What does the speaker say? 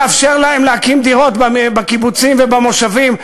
ולאפשר להם להקים דירות בקיבוצים ובמושבים,